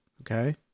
okay